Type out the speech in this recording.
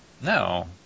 No